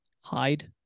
hide